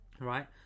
Right